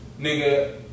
nigga